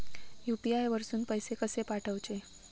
UPI वरसून पैसे कसे पाठवचे?